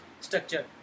structure